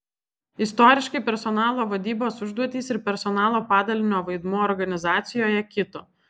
istoriškai personalo vadybos užduotys ir personalo padalinio vaidmuo organizacijoje kito